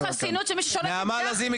כמו חסינות שמשרתת --- נעמה לזימי,